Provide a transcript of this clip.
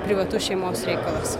privatus šeimos reikalas